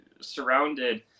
surrounded